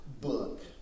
book